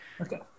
Okay